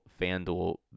FanDuel